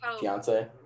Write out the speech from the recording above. fiance